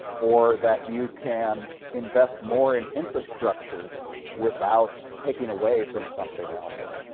or that you can invest more in infrastructure without taking away from something else.